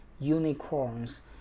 Unicorns